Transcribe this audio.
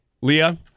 Leah